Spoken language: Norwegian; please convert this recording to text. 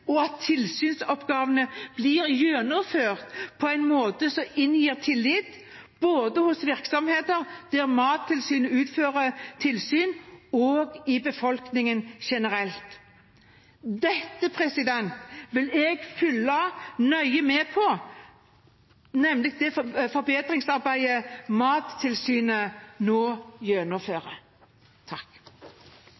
og at tilsynsoppgavene blir gjennomført på en måte som inngir tillit, både hos virksomheter der Mattilsynet utfører tilsyn, og i befolkningen generelt. Jeg vil følge nøye med på det forbedringsarbeidet Mattilsynet nå